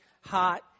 hot